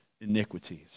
iniquities